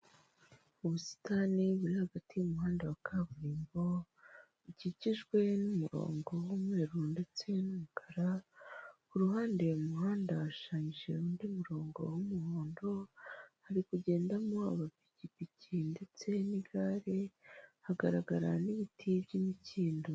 Ubusitani buri hagati y'umuhanda wa kaburimbo bukikijwe n'umurongo w'umweru ndetse n'umukara ku ruhande umuhanda hashushanyije undi murongo w'umuhondo hari kugendamo amapikipiki ndetse n'igare hagaragara n'ibiti by'imikindo.